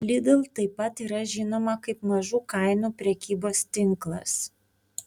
lidl taip pat yra žinoma kaip mažų kainų prekybos tinklas